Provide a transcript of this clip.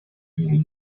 比例